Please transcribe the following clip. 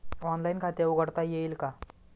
Online खाते उघडता येईल का?